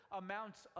amounts